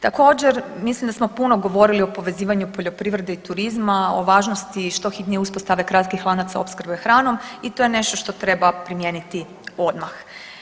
Također, mislim da smo puno govorili o povezivanju poljoprivrede i turizma, o važnosti što hitnije uspostave kratkih lanaca opskrbe hranom i to je nešto što treba primijeniti odmah.